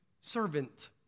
servant